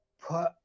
put